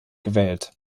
gewählt